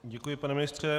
Děkuji, pane ministře.